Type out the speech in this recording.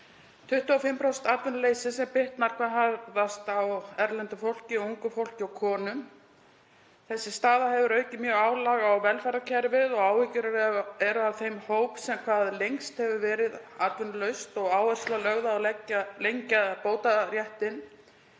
25% atvinnuleysi sem bitnar hvað harðast á erlendu fólki, ungu fólki og konum. Þessi staða hefur aukið mjög álag á velferðarkerfið og áhyggjur af þeim hópi sem hvað lengst hefur verið atvinnulaus og hefur áhersla verið lögð á að lengja bótaréttinn.